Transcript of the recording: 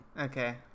Okay